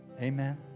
Amen